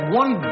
one